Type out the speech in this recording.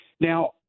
Now